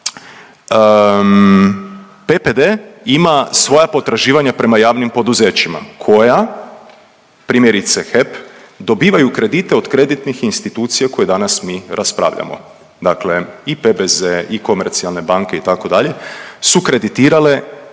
PPD ima svoja potraživanja prema javnim poduzećima, koja, primjerice, HEP dobivaju kreditne od kreditnih institucija koje danas mi raspravljamo. Dakle i PBZ i komercijalne banke, itd. su kreditirale